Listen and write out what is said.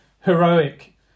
heroic